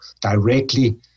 directly